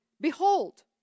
Behold